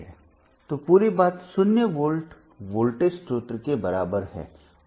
तो पूरी बात 0 वोल्ट वोल्टेज स्रोत के बराबर है